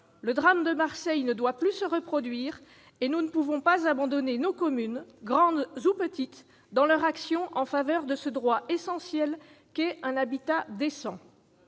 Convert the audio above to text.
Le drame de Marseille ne doit plus se reproduire. Nous ne pouvons pas abandonner nos communes, grandes ou petites, dans leur action en faveur de ce droit essentiel qu'est l'accession à un habitat décent.